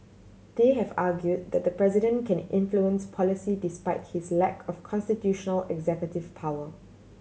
they have argued that the president can influence policy despite his lack of constitutional executive power